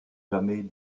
jamais